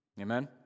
Amen